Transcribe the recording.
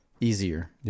easier